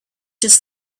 just